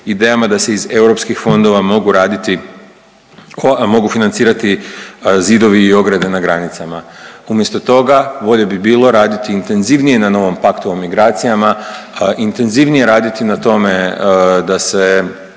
idejama da se iz europskih fondova mogu raditi, mogu financirati zidovi i ograde na granicama. Umjesto toga bolje bi bilo raditi intenzivnije na novom Paktu o migracijama, intenzivnije raditi na tome da se